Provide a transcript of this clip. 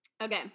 okay